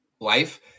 life